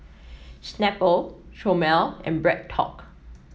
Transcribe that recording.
Snapple Chomel and Bread Talk